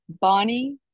Bonnie